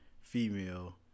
Female